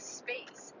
space